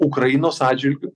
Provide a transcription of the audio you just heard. ukrainos atžvilgiu